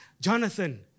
Jonathan